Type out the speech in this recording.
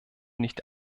nicht